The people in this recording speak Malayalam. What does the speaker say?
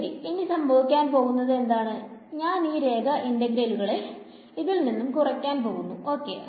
ശെരി ഇനി സംഭവിക്കാൻ പോകുന്നത് എന്താണ് ഞാൻ ഈ രേഖ ഇന്റഗ്രലുകളെ ഇതിൽ നിന്നും കുറക്കാൻ പോവുന്നു ഓക്കേ